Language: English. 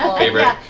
favorite.